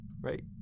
right